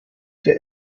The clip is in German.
der